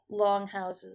longhouses